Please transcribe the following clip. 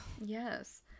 Yes